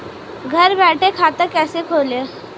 घर बैठे खाता कैसे खोलें?